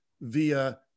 via